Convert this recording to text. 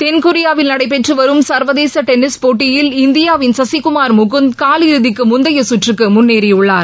தென்கொரியாவில் நடைபெற்று வரும் சுர்வதேச டென்னிஸ் போட்டியில் இந்தியாவின் சசிகுமார் முகுந்த் காலிறுதிக்கு முந்தைய சுற்றுக்கு முன்னேறியுள்ளார்